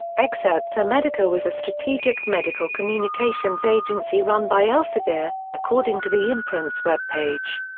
excerpta medica was a strategic medical communications agency run by elsevier, according to the imprint's web page.